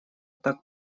так